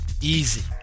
Easy